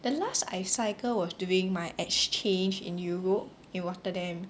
the last I cycle was during my exchange in Europe in Rotterdam